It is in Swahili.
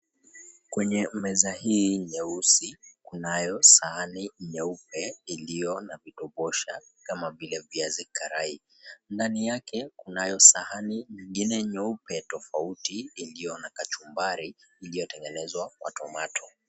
Kwenye meza hii nyeusi, kunayo sahani nyeupe iliyo na vitobosha kama vile viazi karai. Ndani yake kunayo sahani nyingine nyeupe iliyo na kachumbari iliyotengenezwa kwa tomato .